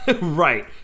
right